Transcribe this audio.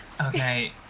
Okay